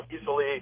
easily